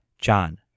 John